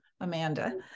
Amanda